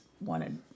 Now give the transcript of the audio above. wanted